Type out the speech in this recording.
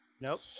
Nope